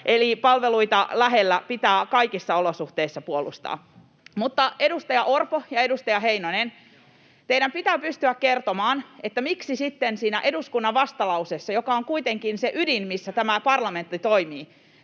eli palveluita lähellä pitää kaikissa olosuhteissa puolustaa. Mutta, edustaja Orpo ja edustaja Heinonen, teidän pitää pystyä kertomaan, miksi sitten siinä eduskunnan vastalauseessa, joka on kuitenkin se ydin, missä tämä parlamentti toimii,